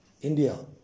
India